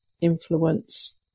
influence